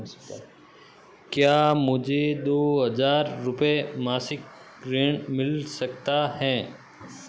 क्या मुझे दो हज़ार रुपये मासिक ऋण मिल सकता है?